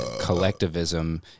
collectivism